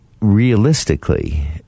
realistically